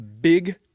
Big